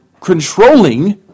controlling